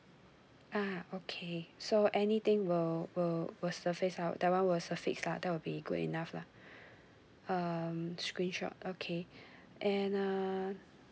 uh okay so anything will will will surface out that one was a fix uh that will be good enough lah um screenshot okay and uh